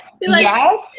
Yes